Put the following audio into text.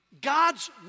God's